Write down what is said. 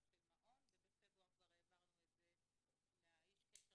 של מעון ובפברואר כבר העברנו את זה לאיש הקשר